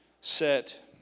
set